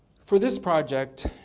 for this project,